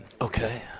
okay